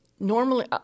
Normally